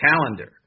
calendar